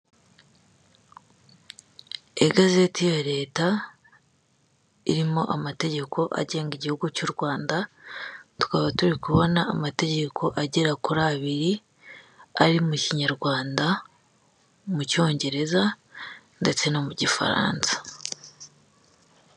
Igazeti ya leta irimo amategeko agenga igihugu cy'u Rwanda tukaba turi kubona amategeko agera kuri abiri ari mu kinyarwanda, mu cyongereza ndetse no mu gifaransa.